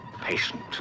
patient